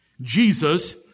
Jesus